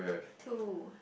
two